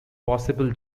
possible